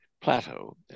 plateau